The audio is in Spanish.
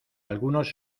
algunos